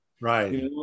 Right